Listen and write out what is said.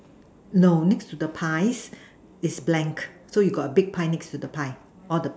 no next to the pies it's blank so you got a big pie next to the pie all the